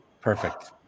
perfect